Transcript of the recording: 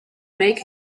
make